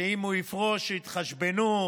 ואם הוא יפרוש יתחשבנו.